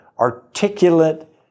articulate